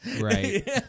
Right